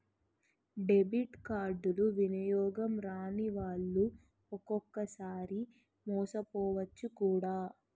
debit కార్డులు వినియోగం రానివాళ్లు ఒక్కొక్కసారి మోసపోవచ్చు కూడా